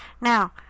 Now